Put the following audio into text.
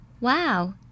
Wow